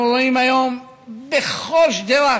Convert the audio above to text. אנחנו רואים היום בכל שדרת